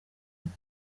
inka